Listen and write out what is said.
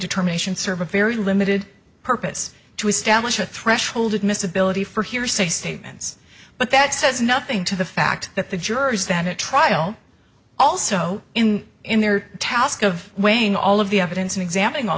determinations serve a very limited purpose to establish a threshold admissibility for hearsay statements but that says nothing to the fact that the jurors that a trial also in in their task of weighing all of the evidence and examining all